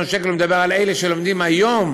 שקל הוא מדבר על אלה שלומדים היום: